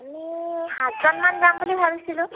আমি সাতজনমান যাম বুলি ভাবিছিলোঁ